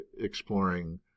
exploring